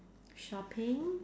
shopping